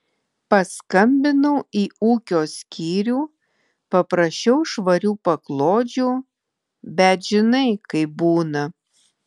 paskambinau į ūkio skyrių paprašiau švarių paklodžių bet žinai kaip būna